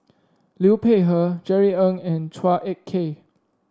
Liu Peihe Jerry Ng and Chua Ek Kay